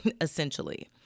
essentially